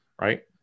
Right